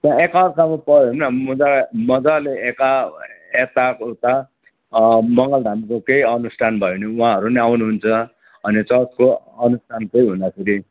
त्यहाँ एकअर्कामा पऱ्यो होइन म त मजाले यता यता उता मङ्गलधामको केही अनुष्ठान भयो भने उहाँहरू नि आउनुहुन्छ अनि चर्चको अनुष्ठान केही हुँदाखेरि